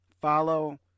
follow